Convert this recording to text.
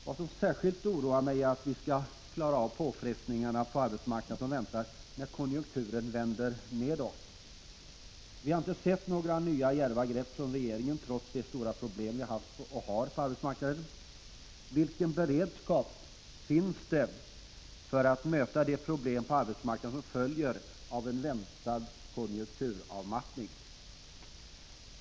Vad som särskilt oroar mig är hur vi skall klara av de påfrestningar på arbetsmarknaden som väntar när konjunkturen vänder nedåt. Vi har inte sett några nya djärva grepp från regeringen, trots de stora problem vi har haft och har på arbetsmarknaden. Vilken beredskap finns det för att möta de problem på arbetsmarknaden som följer av en väntad konjunkturavmattning?